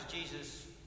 Jesus